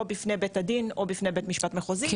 או בפני בית הדין או בפני בית המשפט המחוזי,